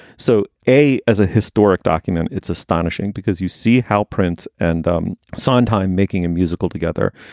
so a as a historic document, it's astonishing because you see how print and um sondheim making a musical together.